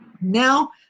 Now